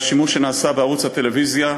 והשימוש שנעשה בערוץ הטלוויזיה,